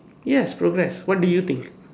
yes progress what do you think